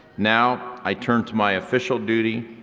now, i turn to my official duty,